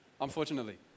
unfortunately